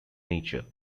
nature